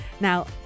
Now